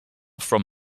from